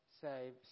save